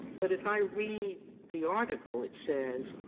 but as i read the article, it says,